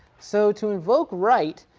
so to invoke, right.